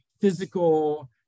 physical